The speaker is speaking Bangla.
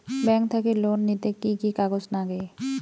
ব্যাংক থাকি লোন নিতে কি কি কাগজ নাগে?